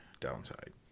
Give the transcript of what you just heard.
downside